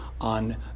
on